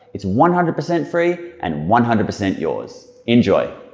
it's one hundred percent free and one hundred percent yours. enjoy!